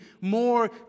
more